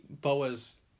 boas